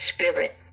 spirit